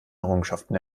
errungenschaften